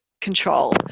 control